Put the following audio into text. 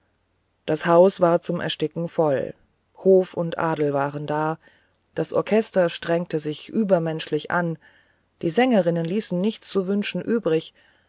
das haus war zum ersticken voll hof und adel waren da das orchester strengte sich übermenschlich an die sängerinnen ließen nichts zu wünschen übrig